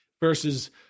versus